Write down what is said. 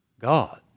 God